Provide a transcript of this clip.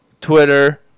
Twitter